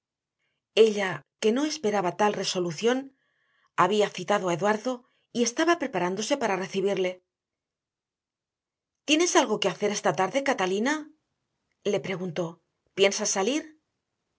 ella que no esperaba tal resolución había citado a eduardo y estaba preparándose para recibirle tienes algo que hacer esta tarde catalina le preguntó piensas salir